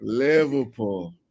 liverpool